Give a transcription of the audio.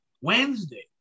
Wednesday